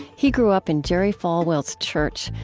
he grew up in jerry falwell's church,